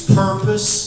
purpose